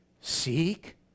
seek